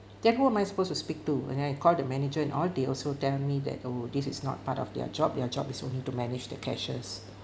then who am I supposed to speak to and then I call the manager and all they also tell me that oh this is not part of their job their job is only to manage the cashes